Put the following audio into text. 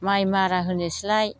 माइ मारा होनोसैलाय